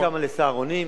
משם ל"סהרונים".